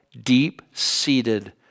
deep-seated